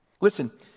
Listen